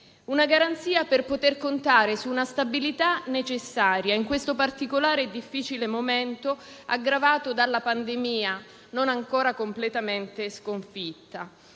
italiani che possono contare sulla stabilità necessaria in questo particolare e difficile momento aggravato dalla pandemia non ancora completamente sconfitta.